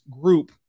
group